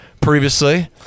previously